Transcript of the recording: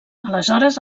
aleshores